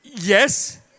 Yes